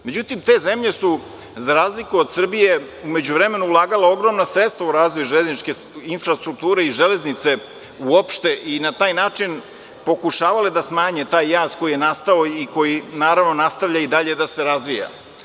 Međutim, te zemlje su, za razliku od Srbije, u međuvremenu ulagala ogromna sredstva u razvoj železničke infrastrukture i železnice uopšte i na taj način pokušavale da smanje taj jaz koji je nastao i koji nastavlja i dalje da se razvija.